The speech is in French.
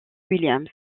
williams